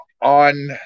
on